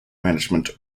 management